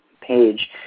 page